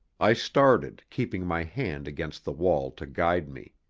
i started, keeping my hand against the wall to guide me.